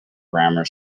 grammar